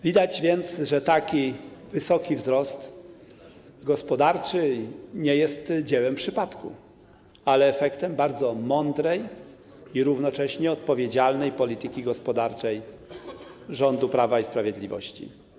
Widać więc, że taki wysoki wzrost gospodarczy nie jest dziełem przypadku, ale efektem bardzo mądrej i równocześnie odpowiedzialnej polityki gospodarczej rządu Prawa i Sprawiedliwości.